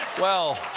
well,